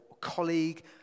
colleague